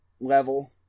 level